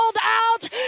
out